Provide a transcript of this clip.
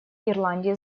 ирландии